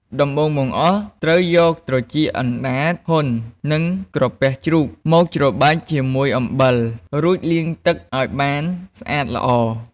ដំបូងបង្អស់ ត្រូវយក ត្រចៀក អណ្ដាត ហ៊ុន និងក្រពះជ្រូក មកច្របាច់ជាមួយ អំបិល រួចលាងទឹកឱ្យបានស្អាតល្អ។